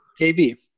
KB